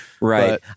Right